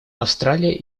австралия